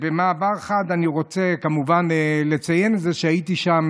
אני רוצה כמובן לציין את זה שהייתי שם